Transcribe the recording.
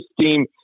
team